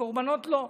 קורבנות, לא.